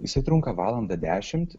jisai trunka valandą dešimt